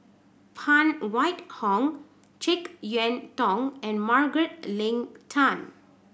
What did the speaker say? Phan Wait Hong Jek Yeun Thong and Margaret Leng Tan